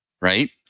right